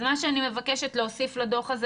אז מה שאני מבקשת להוסיף לדוח הזה,